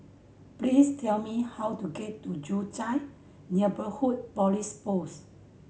please tell me how to get to Joo Chiat Neighbourhood Police Post